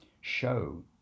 show